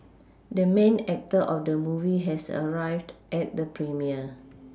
the main actor of the movie has arrived at the premiere